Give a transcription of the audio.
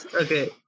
Okay